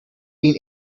been